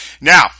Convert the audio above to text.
Now